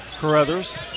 Carruthers